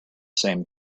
same